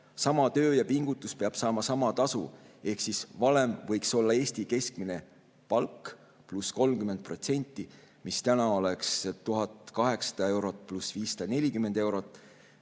Sama töö ja pingutus peab saama sama tasu. Ehk valem võiks olla Eesti keskmine palk pluss 30%, mis täna oleks 1800 eurot pluss 540 eurot,